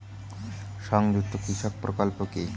সংযুক্ত কৃষক প্রকল্প কি?